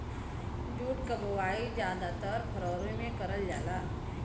jute क बोवाई जादातर फरवरी में करल जाला